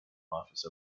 office